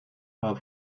far